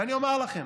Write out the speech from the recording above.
ואני אומר לכם,